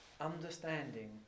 understanding